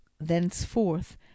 thenceforth